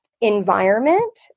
environment